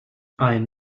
ein